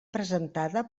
presentada